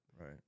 Right